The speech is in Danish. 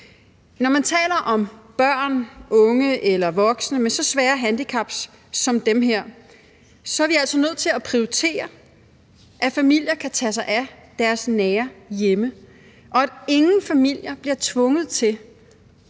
Når man taler om børn, unge eller voksne med så svære handicaps som dem her, er vi altså nødt til at prioritere, at familier kan tage sig af deres nære hjemme, og at ingen familier på grund af rigide